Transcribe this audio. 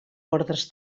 ordres